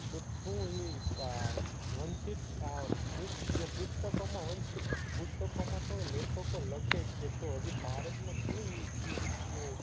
તો શું એ આ વંચિત આ બુક જે પુસ્તકોમાં વંચિત પુસ્તકોમાં તો લેખકો લખે છે તો હજી ભારતમાં કેવી એ રીતનું